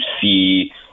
see